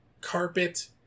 carpet